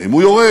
האם הוא יורד?